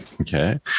Okay